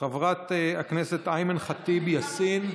חברת הכנסת איימאן ח'טיב יאסין,